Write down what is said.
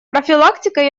профилактика